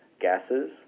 gases